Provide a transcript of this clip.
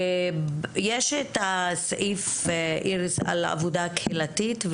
יש את הסעיף על עבודה קהילתית,